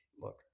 look